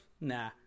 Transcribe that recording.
nah